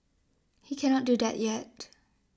he cannot do that yet